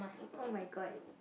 !oh-my-God!